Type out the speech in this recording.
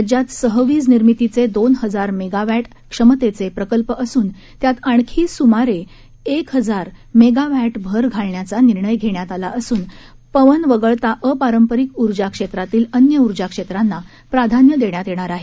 राज्यात सहवीज निर्मितीचे दोन हजार मेगावर्ट क्षमतेचे प्रकल्प असून त्यात आणखी सूमारे एक हजार मेगावर्ट भर घालण्याचा निर्णय घेण्यात आला असून पवन वगळता अपारपरिक ऊर्जा क्षेत्रातील अन्य ऊर्जा क्षेत्रांना प्राधान्य देण्यात येणार आहे